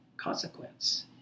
consequence